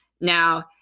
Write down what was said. Now